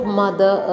mother